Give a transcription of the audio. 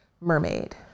mermaid